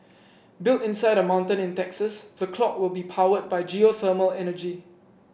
built inside a mountain in Texas the clock will be powered by geothermal energy